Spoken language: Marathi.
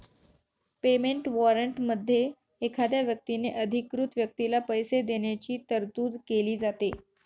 पेमेंट वॉरंटमध्ये एखाद्या व्यक्तीने अधिकृत व्यक्तीला पैसे देण्याची तरतूद केली जाते